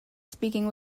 speaking